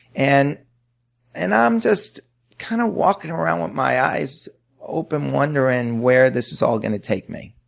and and i'm just kind of walking around with my eyes open wondering where this is all going to take me.